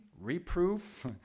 Reproof